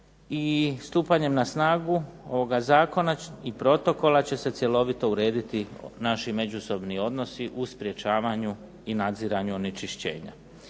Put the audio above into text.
i stupanjem na snagu ovoga zakona i protokola će se cjelovito urediti naši međusobni odnosi u sprečavanju i nadziranju onečišćenja.